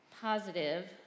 positive